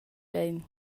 bein